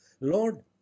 lord